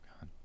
God